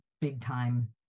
big-time